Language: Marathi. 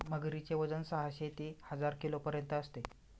मगरीचे वजन साहशे ते हजार किलोपर्यंत असते